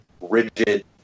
rigid